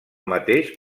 mateix